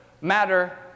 matter